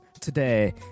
today